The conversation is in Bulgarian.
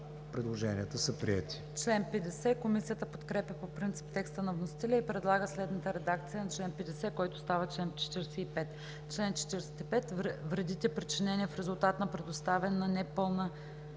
Предложенията са приети.